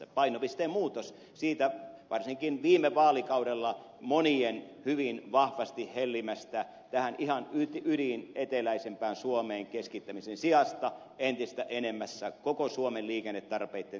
tapahtuu painopisteen muutos varsinkin viime vaalikaudella monien hyvin vahvasti hellimän tähän ihan ydineteläisimpään suomeen keskittämisen sijasta entistä enemmässä koko suomen liikennetarpeitten tyydyttämiseen